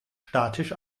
statisch